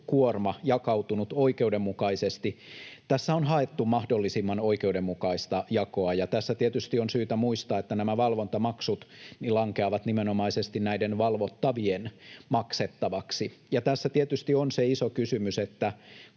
maksukuorma jakautunut oikeudenmukaisesti. Tässä on haettu mahdollisimman oikeudenmukaista jakoa. Tässä tietysti on syytä muistaa, että nämä valvontamaksut lankeavat nimenomaisesti näiden valvottavien maksettaviksi. Tässä tietysti on se iso kysymys, että